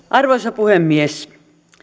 arvoisa puhemies